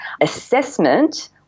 assessment